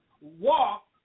walk